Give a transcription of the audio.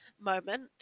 moment